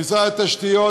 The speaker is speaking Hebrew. למשרד התשתיות,